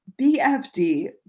BFD